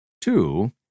Two